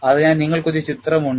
അതിനായി നിങ്ങൾക്ക് ഒരു ചിത്രമുണ്ട്